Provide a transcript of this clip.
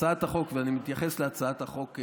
הצעת החוק, ואני מתייחס להצעת החוק עצמה,